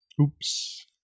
Oops